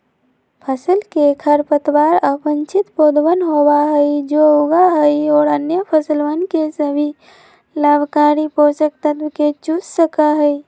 फसल के खरपतवार अवांछित पौधवन होबा हई जो उगा हई और अन्य फसलवन के सभी लाभकारी पोषक तत्व के चूस सका हई